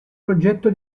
progetto